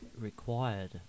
required